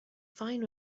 fine